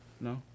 No